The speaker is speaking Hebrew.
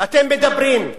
אתם מדברים?